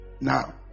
now